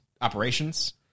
operations